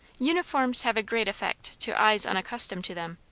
uniforms have a great effect, to eyes unaccustomed to them.